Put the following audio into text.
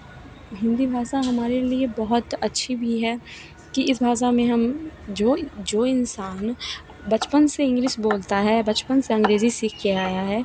हिन्दी भाषा हमारे लिए बहुत अच्छी भी है कि इस भाषा में हम जो जो इंसान बचपन से इंग्लिश बोलता है बचपन से अंग्रेजी सीख के आया है